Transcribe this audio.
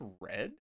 red